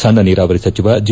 ಸಣ್ಣ ನೀರಾವರಿ ಸಚಿವ ಜೆ